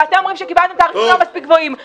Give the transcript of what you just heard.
ואתם אומרים שקיבלתם תעריפים לא מספיק גבוהים.